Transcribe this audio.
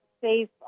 safe